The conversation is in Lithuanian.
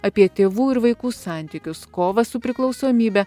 apie tėvų ir vaikų santykius kovą su priklausomybe